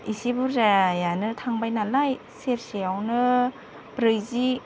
एसे बुरजायानो थांबाय नालाय सेरसेयावनो ब्रैजि